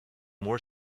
more